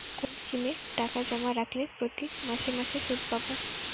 কোন স্কিমে টাকা জমা রাখলে মাসে মাসে সুদ পাব?